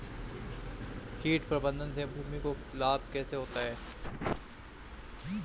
कीट प्रबंधन से भूमि को लाभ कैसे होता है?